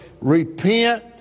Repent